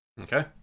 okay